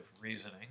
reasoning